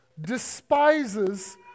despises